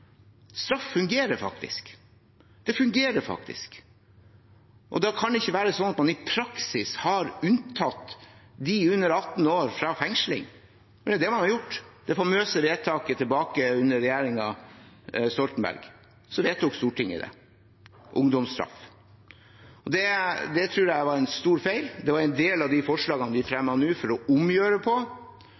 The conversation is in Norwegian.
Straff fungerer faktisk. Da kan det ikke være sånn at man i praksis har unntatt de under 18 år fra fengsling. Det er det man har gjort ved det famøse vedtaket under regjeringen Stoltenberg. Stortinget vedtok ungdomsstraff. Det tror jeg var en stor feil. Noen av våre forslag går ut på å omgjøre det. Det er det selvfølgelig ikke vilje til i de andre partiene. Fremskrittspartiet står igjen ganske alene om å